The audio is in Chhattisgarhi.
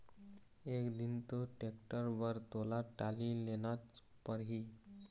एक दिन तो टेक्टर बर तोला टाली लेनच परही